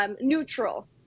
Neutral